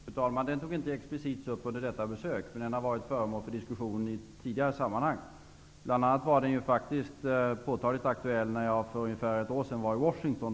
Fru talman! Den frågan togs inte explicit upp under detta besök, men den har varit föremål för diskussion i tidigare sammanhang. Den var bl.a. påtagligt aktuell när jag för ungefär ett år sedan var i Washington.